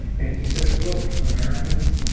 and he says, look americans,